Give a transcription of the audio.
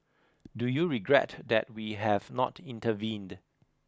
do you regret that we have not intervened